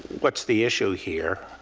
what's the issue here?